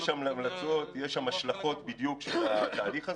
יש שם המלצות, יש שם השלכות של התהליך הזה.